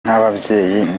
nk’ababyeyi